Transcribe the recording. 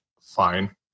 fine